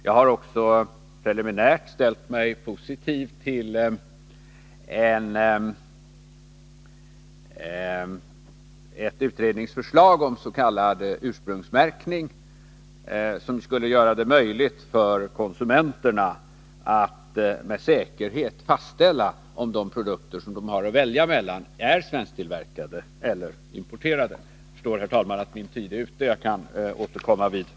Jag har alltså preliminärt ställt mig positiv till ett utredningsförslag om s.k. ursprungsmärkning, som skulle göra det möjligt för konsumenterna att med säkerhet fastställa om de produkter de har att välja mellan är svensktillverkade eller importerade. Jag förstår, herr talman, att min taletid är ute, så jag får återkomma senare.